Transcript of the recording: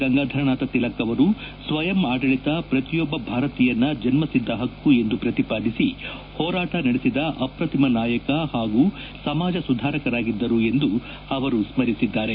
ಗಂಗಾಧರನಾಥ ತಿಲಕ್ ಅವರು ಸ್ವಯಂ ಆಡಳಿತ ಪ್ರತಿಯೊಬ್ಬ ಭಾರತೀಯನ ಜನ್ಮಸಿದ್ದ ಹಕ್ಕು ಎಂದು ಪ್ರತಿಪಾದಿಸಿ ಹೋರಾಟ ನಡೆಸಿದ ಅಪ್ರತಿಮ ನಾಯಕ ಹಾಗೂ ಸಮಾಜ ಸುಧಾರಕರಾಗಿದ್ದರು ಎಂದು ಸ್ಕರಿಸಿದ್ದಾರೆ